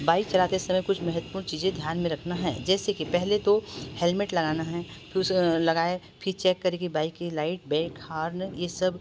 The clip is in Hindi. बाइक चलाते समय कुछ महत्वपूर्ण चीज़ें ध्यान में रखना है जैसे कि पहले तो हेलमेट लगाना है फिर उस लगाए फिर चेक करके बाइक की लाइट बैक हार्न ये सब